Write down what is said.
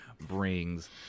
brings